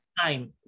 time